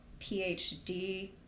PhD